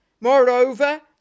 Moreover